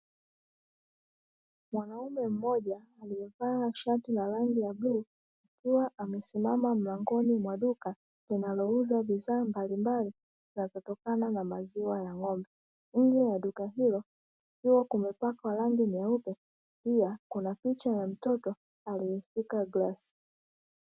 Mwanamke mmoja aliyevaa shati la rangi ya bluu akiwa amesimama mlangoni mwa duka linalouza bidhaa mbalimbali zitokanazo na maziwa ya ng'ombe. Nje ya duka hilo kukiwa kumepakwa rangi nyeupe, pia kuna picha ya mtoto aliyeshika glasi.